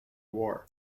war